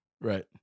Right